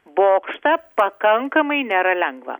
bokštą pakankamai nėra lengva